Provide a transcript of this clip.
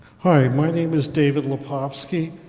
hi, my name is david lepofsky.